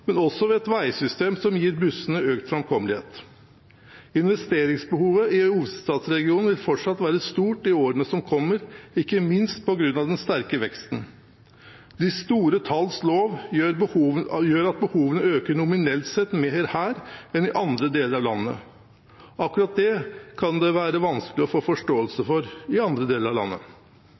men også ved et veisystem som gir bussene økt framkommelighet. Investeringsbehovet i hovedstadsregionen vil fortsatt være stort i årene som kommer, ikke minst på grunn av den sterke veksten. De store talls lov gjør at behovene øker nominelt sett mer her enn i andre deler av landet. Akkurat det kan det være vanskelig å få forståelse for i andre deler av landet.